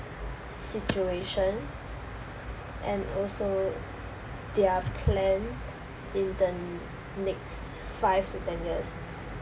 situation and also their plan in the next five to ten years